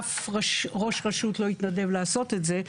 אף ראש רשות לא יתנדב לעשות את זה,